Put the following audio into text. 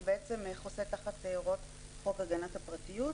כי המאגר חוסה תחת הוראות חוק הגנת הפרטיות.